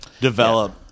develop